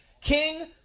King